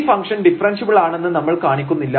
ഈ function differentiable ആണെന്ന് നമ്മൾ കാണിക്കുന്നില്ല